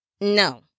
No